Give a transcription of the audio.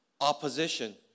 opposition